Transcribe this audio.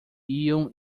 iam